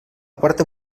quarta